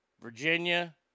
Virginia